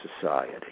society